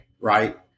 Right